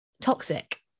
toxic